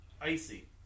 Icy